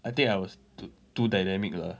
I think I was to~ too dynamic lah